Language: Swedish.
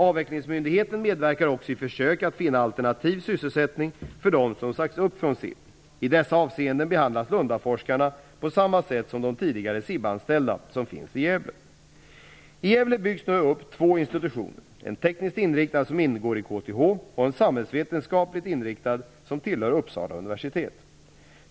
Avvecklingsmyndigheten medverkar också i försök att finna alternativ sysselsättning för dem som sagts upp från SIB. I dessa avseenden behandlas Lundaforskarna på samma sätt som de tidigare I Gävle byggs det nu upp två institutioner: en tekniskt inriktad som ingår i KTH och en samhällsvetenskapligt inriktad som tillhör Uppsala universitet.